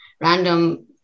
random